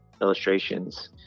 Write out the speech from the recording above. illustrations